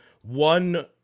one